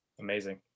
Amazing